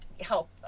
help